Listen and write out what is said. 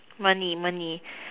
money money